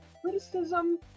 criticism